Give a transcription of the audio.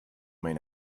main